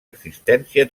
existència